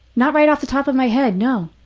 not right off the top of my head, no.